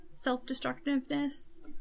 self-destructiveness